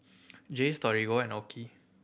Jays Torigo and OKI